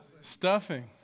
Stuffing